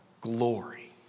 glory